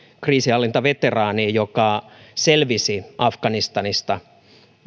kriisinhallintaveteraaniin joka selvisi afganistanista